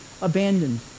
abandoned